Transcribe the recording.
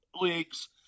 leagues